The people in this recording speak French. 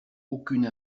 aucune